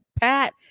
Pat